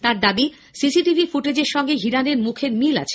তাঁর দাবি সিসিটিভি ফুটেজের সঙ্গে হিরানের মুখের মিল রয়েছে